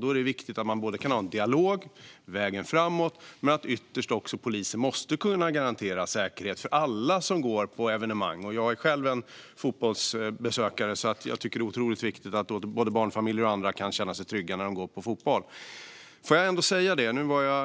Då är det viktigt att man kan ha en dialog på vägen framåt. Men ytterst måste polisen kunna garantera säkerheten för alla som går på evenemang. Jag går själv på fotbollsmatcher och tycker att det är otroligt viktigt att både barnfamiljer och andra kan känna sig trygga när de går på fotbollsmatcher.